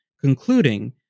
concluding